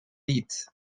beat